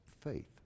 faith